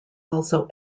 also